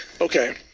Okay